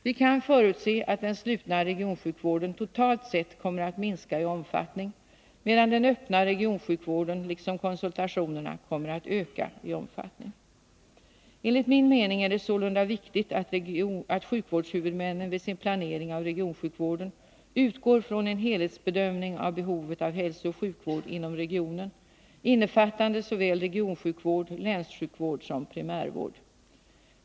Vi kan förutse att den slutna regionsjukvården totalt sett kommer att minska i omfattning, medan den öppna regionsjukvården, liksom konsultationerna, kommer att öka i omfattning. Enligt min mening är det sålunda viktigt att sjukvårdshuvudmännen vid sin planering av regionsjukvården utgår från en helhetsbedömning av behovet av hälsooch sjukvård inom regionen, innefattande såväl regionsjukvård, länssjukvård som primärvård.